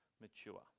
mature